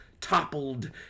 toppled